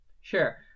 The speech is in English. sure